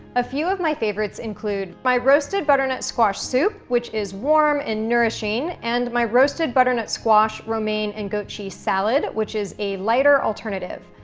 a few of my favorites include my roasted butternut squash soup, which is warm and nourishing and my roasted butternut squash romaine and goat cheese salad, which is a lighter alternative.